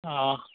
অঁ